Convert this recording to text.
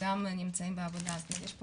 גם נמצאים בעבודה, אז יש פה